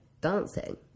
dancing